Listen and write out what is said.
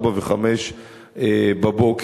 04:00 ו-05:00.